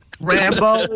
Rambo